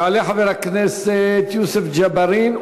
יעלה חבר הכנסת יוסף ג'בארין.